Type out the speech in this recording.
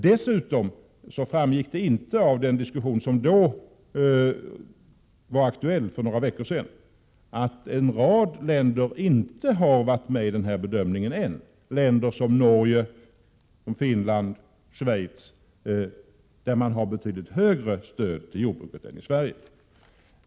Dessutom framgick det inte av den diskussion som var aktuell för några veckor sedan att en rad länder inte varit med i bedömningen än. Det är länder som Norge, Finland och Schweiz, där man har betydligt högre stöd till jordbruket än i Sverige.